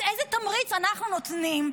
אז איזה תמריץ אנחנו נותנים,